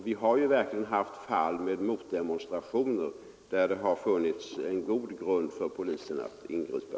Vi har verkligen haft fall med motdemonstrationer där det har funnits en god grund för polisen att ingripa.